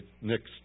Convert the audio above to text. next